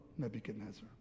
nebuchadnezzar